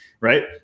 right